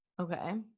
Okay